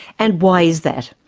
and why is that?